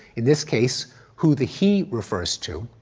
in this case who the he refers to,